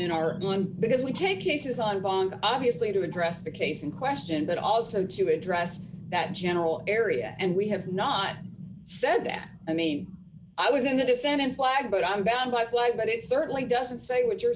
in our going because we take cases on bond obviously to address the case in question but also to address that general area and we have not said that i mean i was in the dissent in flag but i'm bound by why but it certainly doesn't say what you're